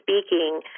speaking